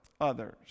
others